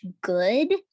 good